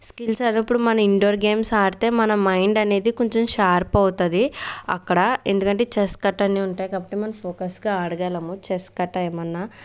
skills అన్నప్పుడు మన indoor games ఆడితే మనం మైండ్ అనేది కొంచం షార్ప్ అవుతుంది అక్కడ ఎందుకంటే చెస్ గట్ట అన్నీ ఉంటాయి కాబట్టి మనం ఫోకస్గా ఆడగలము చెస్ గట్ట ఏమన్నా